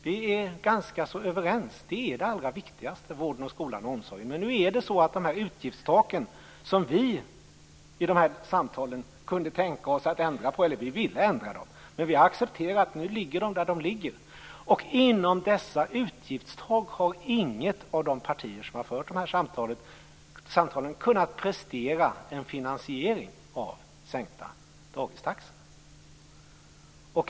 Vi är ganska överens om att vården, skolan och omsorgen är det allra viktigaste, men nu har vi i dessa samtal accepterat dessa utgiftstak, som vi ville ändra, och nu ligger de där de ligger. Inom dessa utgiftstak har inget av de partier som har fört dessa samtal kunnat prestera en finansiering av sänkta dagistaxor.